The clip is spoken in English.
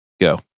Go